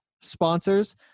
sponsors